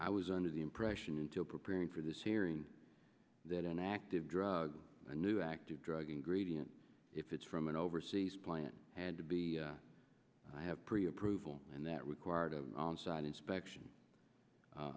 i was under the impression until preparing for this hearing that an active drug a new active drug ingredient if it's from an overseas plant had to be have pre approval and that required of on site inspection